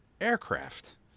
aircraft